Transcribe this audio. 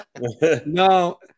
No